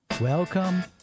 Welcome